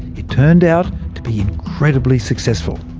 it turned out to be incredibly successful.